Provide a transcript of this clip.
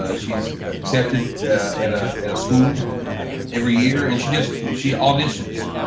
ah she's accepted at ah at a school every year and she just she auditions.